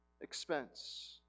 expense